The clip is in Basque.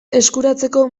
eskuratzeko